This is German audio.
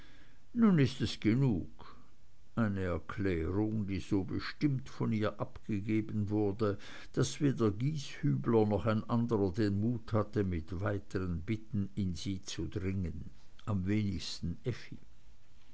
nun ist es genug eine erklärung die so bestimmt von ihr abgegeben wurde daß weder gieshübler noch ein anderer den mut hatte mit weiteren bitten in sie zu dringen am wenigsten effi